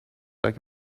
like